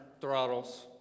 throttles